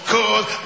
Cause